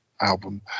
album